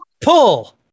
pull